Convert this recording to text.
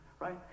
Right